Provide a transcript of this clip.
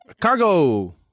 Cargo